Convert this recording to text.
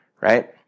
right